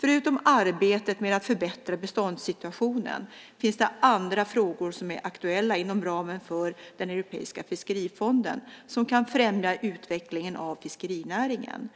Förutom arbetet med att förbättra beståndssituationen finns det andra frågor som är aktuella inom ramen för den europeiska fiskerifonden som kan främja utvecklingen av fiskerinäringen.